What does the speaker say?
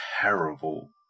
terrible